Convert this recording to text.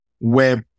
web